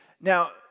Now